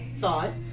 thought